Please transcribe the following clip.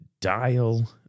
dial